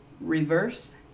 reverse